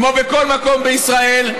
כמו בכל מקום בישראל,